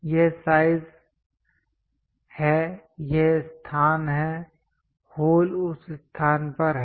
यह साइज है और यह स्थान है होल उस स्थान पर है